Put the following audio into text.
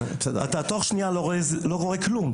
תוך שנייה אתה לא רואה כלום.